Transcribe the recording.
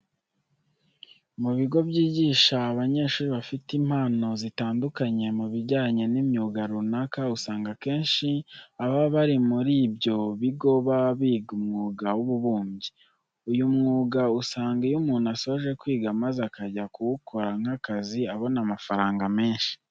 Mu bigo byigisha abanyeshuri bafite impano zitandukanye mu bijyanye n'imyuga runaka, usanga akenshi ababa bari muri ibyo bigo baba biga umwuga w'ububumbyi. Uyu mwuga usanga iyo umuntu asoje kwiga maze akajya kuwukora nk'akazi abona amafaranga menshi.